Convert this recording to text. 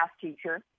teacher